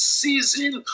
season